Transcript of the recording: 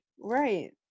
Right